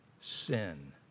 sin